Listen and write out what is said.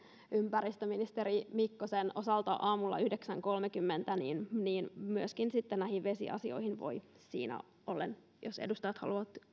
ympäristöministeri mikkosen osalta aamulla yhdeksän piste kolmekymmentä niin niin myöskin sitten näihin vesiasioihin voi siinä ollen jos edustajat haluavat